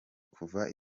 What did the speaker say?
kuva